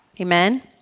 Amen